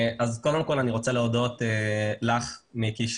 קודם כל, אני רוצה להודות לך, מיקי,